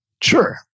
Sure